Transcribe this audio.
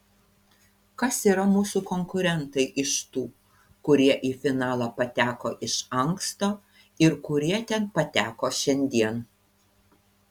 kas yra mūsų konkurentai iš tų kurie į finalą pateko iš anksto ir kurie ten pateko šiandien